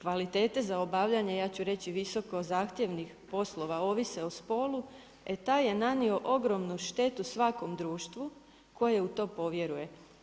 kvalitete za obavljanje, ja ću reći visoko zahtjevnih poslova, ovise o spolu, e taj je nanio ogromnu štetu svakom društvu koje u to povjeruje.